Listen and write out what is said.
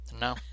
No